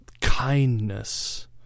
kindness